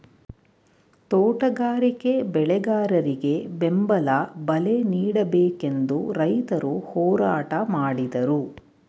ತೋಟಗಾರಿಕೆ ಬೆಳೆಗಾರರಿಗೆ ಬೆಂಬಲ ಬಲೆ ನೀಡಬೇಕೆಂದು ರೈತರು ಹೋರಾಟ ಮಾಡಿದರು